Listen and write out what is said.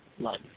life